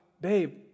babe